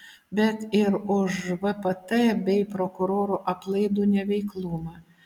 bet ir už vpt bei prokurorų aplaidų neveiklumą